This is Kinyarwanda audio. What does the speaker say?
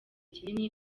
kinini